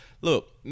look